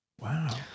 Wow